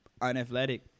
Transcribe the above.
unathletic